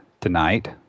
tonight